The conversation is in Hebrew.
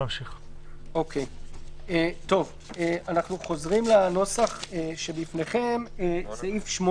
אנחנו חוזרים לנוסח שבפניכם, סעיף 8: